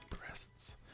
breasts